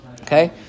Okay